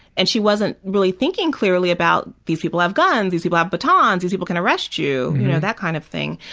and she wasn't really thinking clearly about these people have guns, these people have batons, these people can arrest you, you know that kind of thing,